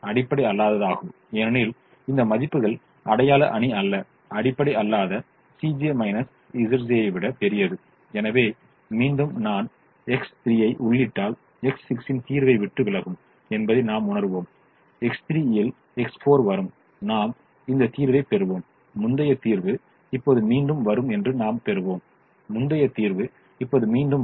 அடிப்படை அல்லாததாகும் ஏனெனில் இந்த மதிப்புகள் அடையாள அணி அல்ல அடிப்படை அல்லாத ஐ விட பெரியது எனவே மீண்டும் நான் X3 ஐ உள்ளிட்டால் X4 ன் தீர்வை விட்டு விலகும் என்பதை நாம் உணருவோம் X3 இல் X4 வரும் நாம் இந்த தீர்வைப் பெறுவோம் முந்தைய தீர்வு இப்போது மீண்டும் வரும் என்று நாம் பெறுவோம் முந்தைய தீர்வு இப்போது மீண்டும் வரும்